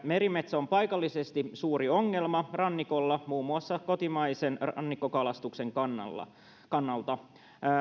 merimetso on paikallisesti suuri ongelma rannikolla muun muassa kotimaisen rannikkokalastuksen kannalta